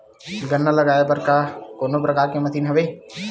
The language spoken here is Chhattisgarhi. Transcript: गन्ना लगाये बर का कोनो प्रकार के मशीन हवय?